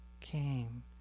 came